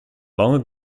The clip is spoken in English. long